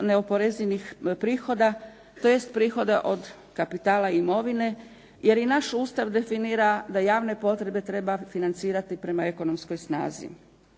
neporezivih prihoda, tj. prihoda od kapitala i imovine jer i naš Ustav definira da javne potrebe treba financirati prema ekonomskoj snazi.